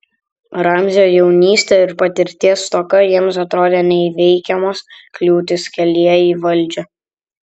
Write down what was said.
ramzio jaunystė ir patirties stoka jiems atrodė neįveikiamos kliūtys kelyje į valdžią